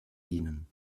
ihnen